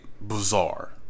bizarre